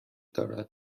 دارد